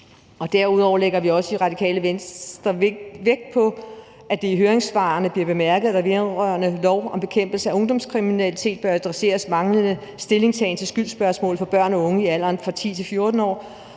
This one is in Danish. derudover lægger vi i Radikale Venstre også vægt på, at det i høringssvarene bliver bemærket, at der vedrørende lov om bekæmpelse af ungdomskriminalitet bør adresseres manglende stillingtagen til skyldsspørgsmål for børn og unge i alderen fra 10 til